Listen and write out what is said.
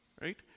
Right